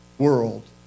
world